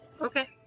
Okay